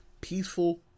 Peaceful